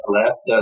left